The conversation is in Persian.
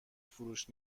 فروش